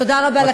תודה רבה לכנסת.